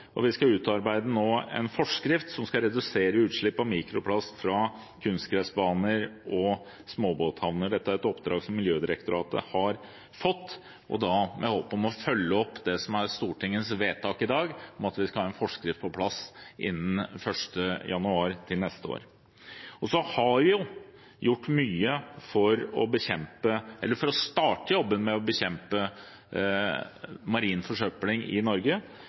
Vi skal nå utarbeide en forskrift som skal redusere utslippet av mikroplast fra kunstgressbaner og småbåthavner. Dette er et oppdrag som Miljødirektoratet har fått, og da med håp om å følge opp det som er Stortingets vedtak i dag, om at vi skal ha en forskrift på plass innen 1. januar neste år. Vi har gjort mye for å starte jobben med å bekjempe marin forsøpling i Norge.